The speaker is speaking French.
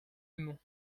aimons